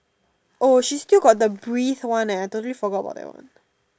oh she still got the breeze one eh I totally forgot about that one